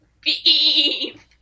beef